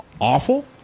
awful